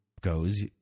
goes